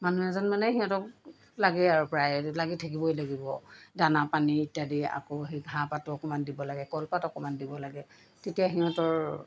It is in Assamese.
মানুহ এজন মানে সিহঁতক লাগেই আৰু প্ৰায় লাগি থাকিবই লাগিব দানা পানী ইত্যাদি আকৌ সেই ঘাঁহ পাতো অকণমান দিব লাগে কলপাত অকণমান দিব লাগে তেতিয়া সিহঁতৰ